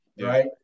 right